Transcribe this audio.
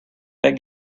that